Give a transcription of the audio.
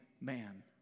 man